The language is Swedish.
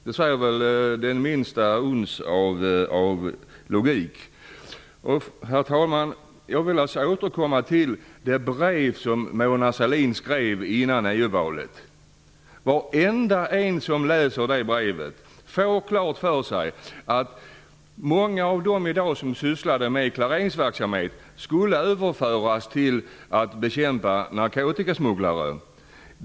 Det säger väl minsta uns av logik. Herr talman! Jag vill återkomma till det brev som Mona Sahlin skrev innan EU-valet. Varenda en som läser det brevet får klart för sig att många av dem som sysslade med klareringsverksamhet skulle överföras till att bekämpa narkotikasmugglare.